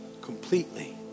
completely